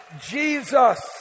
Jesus